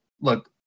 Look